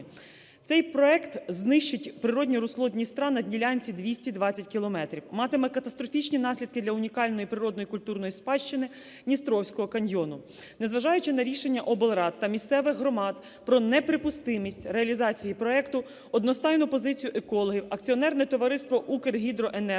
Цей проект знищить природне русло Дністра на ділянці 220 кілометрів, матиме катастрофічні наслідки для унікальної природної культурної спадщини Дністровського каньйону. Незважаючи на рішення облрад та місцевих громад про неприпустимість реалізації проекту, одностайну позицію екологів акціонерне товариство "Укргідроенерго"